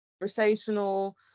conversational